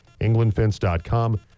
englandfence.com